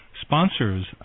sponsors